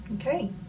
Okay